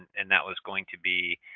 and that was going to be